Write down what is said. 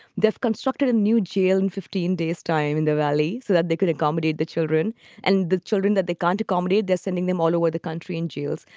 they've constructed a new jail in fifteen days time in the valley so that they could accommodate the children and the children that they can't accommodate. they're sending them all over the country and jails.